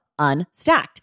Unstacked